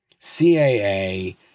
CAA